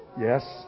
Yes